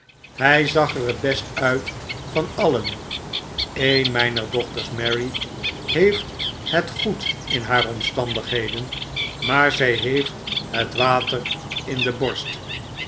hy zag er het best nit van alien een myner dochters mary heeft het goed in haar omstandigheden maar zjj heeft het water in de borst